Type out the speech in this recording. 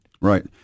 Right